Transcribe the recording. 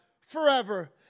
forever